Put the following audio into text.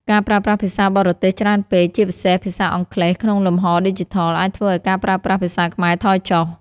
ការប្រើប្រាស់ភាសាបរទេសច្រើនពេក ជាពិសេសភាសាអង់គ្លេស ក្នុងលំហឌីជីថល អាចធ្វើឱ្យការប្រើប្រាស់ភាសាខ្មែរថយចុះ។